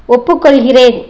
ஒப்புக்கொள்கிறேன்